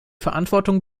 verantwortung